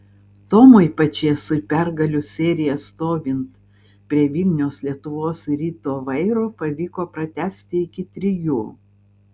tomui pačėsui pergalių seriją stovint prie vilniaus lietuvos ryto vairo pavyko pratęsti iki trijų